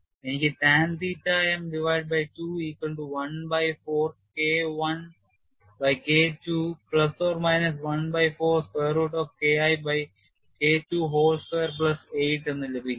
എനിക്ക് tan theta m divided by 2 equal to 1 by 4 K I by K II plus or minus 1 by 4 square root of K I by K II whole square plus 8 എന്ന് ലഭിക്കുന്നു